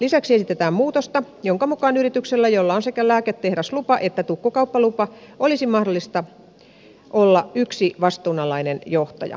lisäksi esitetään muutosta jonka mukaan yrityksellä jolla on sekä lääketehdaslupa että tukkukauppalupa olisi mahdollista olla yksi vastuunalainen johtaja